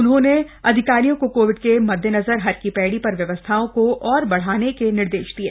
उन्होंने अधिकारियों को कोविड के मद्देनजर हर की पैड़ी पर व्यवस्थाओं को और बढ़ाने के निर्देश दिये